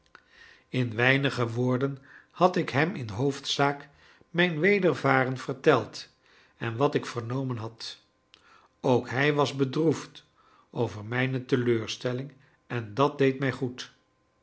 in weinige woorden had ik hem in hoofdzaak mijn wedervaren verteld en wat ik vernomen had ook hij was bedroefd over mijne teleurstelling en dat deed mij goed